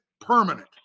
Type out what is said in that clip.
permanent